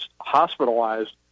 hospitalized